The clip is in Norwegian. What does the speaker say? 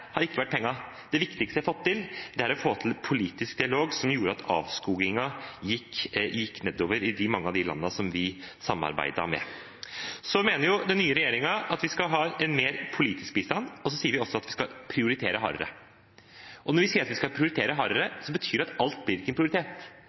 har ikke vært pengene. Det viktigste vi har fått til, er å få til politisk dialog som gjorde av avskogingen gikk nedover i mange av de landene som vi samarbeidet med. Så mener den nye regjeringen at vi skal ha mer politisk bistand, og vi sier også at vi skal prioritere hardere. Og når vi sier at vi skal prioritere hardere,